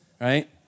right